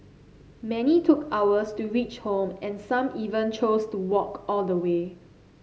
many took hours to reach home and some even chose to walk all the way